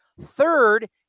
third